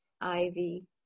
Ivy